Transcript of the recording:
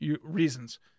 reasons